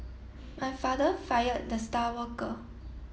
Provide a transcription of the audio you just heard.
my father fired the star worker